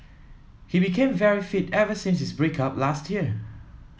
he became very fit ever since his break up last year